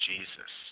Jesus